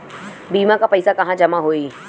बीमा क पैसा कहाँ जमा होई?